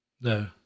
No